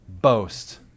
boast